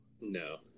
no